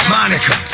Monica